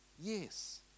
Yes